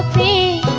da